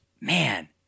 man